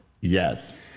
Yes